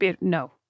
no